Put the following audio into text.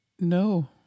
No